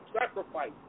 Sacrifice